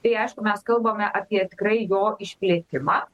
tai aišku mes kalbame apie tikrai jo išplėtimą